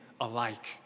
alike